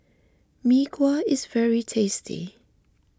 Mee Kuah is very tasty